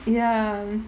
ya